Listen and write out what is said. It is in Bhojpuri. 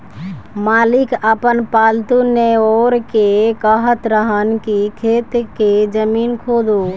मालिक आपन पालतु नेओर के कहत रहन की खेत के जमीन खोदो